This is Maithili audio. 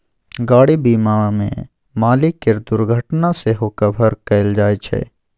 गाड़ी बीमा मे मालिक केर दुर्घटना सेहो कभर कएल जाइ छै